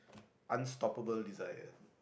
unstoppable desire